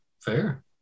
fair